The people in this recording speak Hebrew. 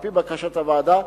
על-פי בקשת הוועדה,